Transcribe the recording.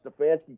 Stefanski